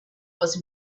was